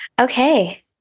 Okay